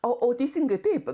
o teisingai taip